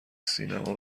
سینما